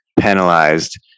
penalized